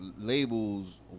labels